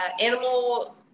animal